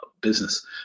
business